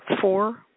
four